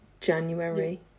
January